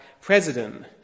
president